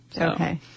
Okay